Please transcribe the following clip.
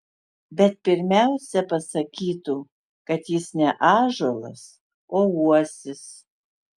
bet pirmiausia pasakytų kad jis ne ąžuolas o uosis